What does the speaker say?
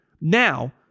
Now